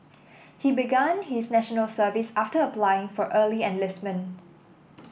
he began his National Service after applying for early enlistment